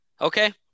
Okay